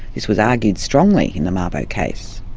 this was argued strongly in the mabo case.